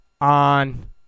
on